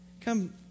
come